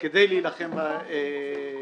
כדי להילחם בטרור.